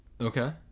Okay